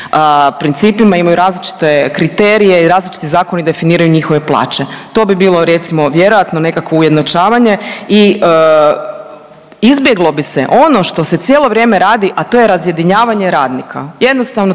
principima, imaju različite kriterije i različiti zakoni definiraju njihove plaće. To bi bilo recimo vjerojatno nekakvo ujednačavanje i izbjeglo bi se ono što se cijelo vrijeme radi, a to je razjedinjavanje radnika, jednostavno